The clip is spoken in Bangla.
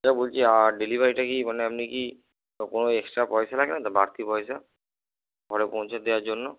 আচ্ছা বলছি আর ডেলিভারিটা কি মানে আপনি কি কোনো এক্সট্রা পয়সা লাগবে না তো বাড়তি পয়সা ঘরে পৌঁছে দেওয়ার জন্য